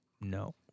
no